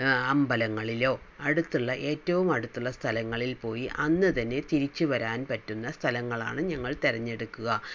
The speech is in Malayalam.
അമ്പലങ്ങളിലോ അടുത്തുള്ള ഏറ്റവും അടുത്തുള്ള സ്ഥലങ്ങളിൽ പോയി അന്ന് തന്നെ തിരിച്ച് വരാൻ പറ്റുന്ന സ്ഥലങ്ങളാണ് ഞങ്ങൾ തിരഞ്ഞെടുക്കുക